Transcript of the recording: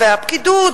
והפקידות,